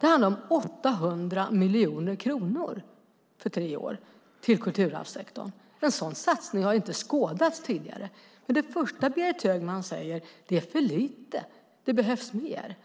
Det handlar om 800 miljoner kronor för tre år till kulturarvssektorn. En sådan satsning har inte skådats tidigare. Det första Berit Högman säger är att det är för lite och att det behövs mer.